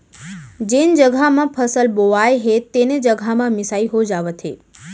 जेन जघा म फसल बोवाए हे तेने जघा म मिसाई हो जावत हे